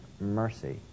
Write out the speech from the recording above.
mercy